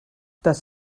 das